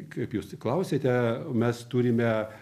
kaip jūs klausiate mes turime